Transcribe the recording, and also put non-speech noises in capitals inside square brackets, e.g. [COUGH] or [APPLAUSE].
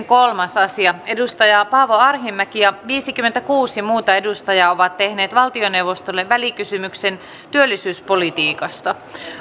[UNINTELLIGIBLE] kolmas asia paavo arhinmäki ja viisikymmentäkuusi muuta edustajaa ovat tehneet valtioneuvostolle välikysymyksen neljä työllisyyspolitiikasta